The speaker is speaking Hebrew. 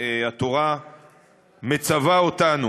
שהתורה מצווה אותנו.